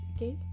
Okay